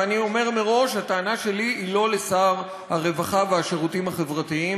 ואני אומר מראש שהטענה שלי היא לא לשר הרווחה והשירותים החברתיים,